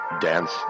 dance